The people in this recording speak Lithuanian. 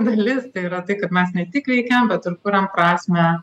dalis tai yra tai kad mes ne tik veikiam bet ir kuriam prasmę